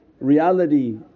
reality